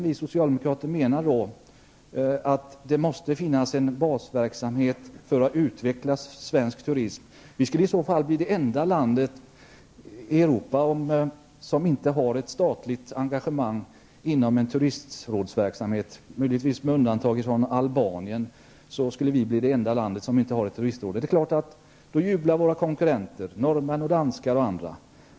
Vi socialdemokrater menar att det måste finnas en basverksamhet för att utveckla svensk turism. Sverige skulle i så fall bli det enda landet i Europa som inte har ett statligt engagemang i form av en turistrådsverksamhet -- möjligtvis med undantag för Albanien. Det är klart att då jublar konkurrenter bland norrmännen, danskarna osv.